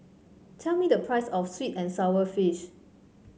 tell me the price of sweet and sour fish